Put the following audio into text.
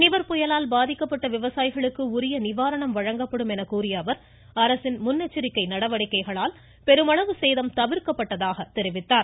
நிவர் புயலால் பாதிக்கப்பட்ட விவசாயிகளுக்கு உரிய நிவாரணம் வழங்கப்படும் என கூறிய முதலமைச்சர் அரசின் முன்னெச்சரிக்கை நடவடிக்கைகளால் பெருமளவு சேதம் தவிர்க்கப்பட்டதாக தெரிவித்தார்